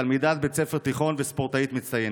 תלמידת בית ספר תיכון וספורטאית מצטיינת.